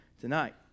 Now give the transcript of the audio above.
tonight